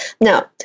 Now